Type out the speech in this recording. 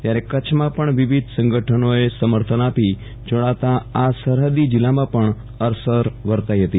ત્યારે કચ્છમાં પણ વિવિધ સંગઠનો એ સમયથી આપી જોડાતા આ સરહદી જિલ્લામાં પણ અસર વર્તાઈ હતી